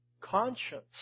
conscience